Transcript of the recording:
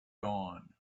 dawn